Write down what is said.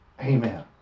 Amen